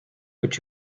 but